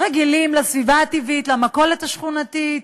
רגילים לסביבה הטבעית, למכולת השכונתית,